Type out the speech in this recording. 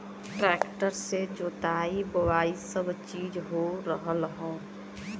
tractor से जोताई बोवाई सब चीज हो रहल हौ